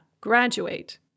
graduate